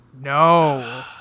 No